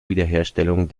wiederherstellung